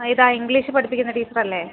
ഏതാണ് ആ ഇംഗ്ലീഷ് പഠിപ്പിക്കുന്ന ടീച്ചറല്ലേ